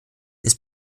ist